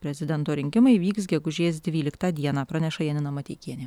prezidento rinkimai vyks gegužės dvyliktą dieną praneša janina mateikienė